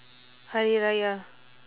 hari raya